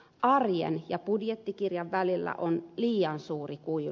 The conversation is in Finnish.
arjen ja budjettikirjan välillä on liian suuri kuilu